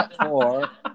four